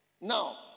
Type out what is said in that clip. Now